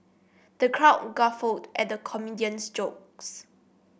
the crowd guffawed at the comedian's jokes